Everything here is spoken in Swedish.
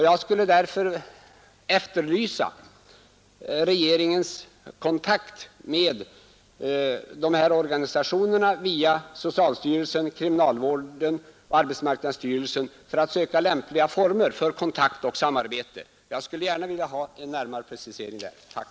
Jag skulle därför vilja efterlysa vad regeringen gör, via socialstyrelsen, kriminalvården och arbetsmarknadsstyrelsen, för att söka lämpliga former för kontakt och samarbete med de här organisationerna. Jag vill gärna ha en närmare precisering på den punkten.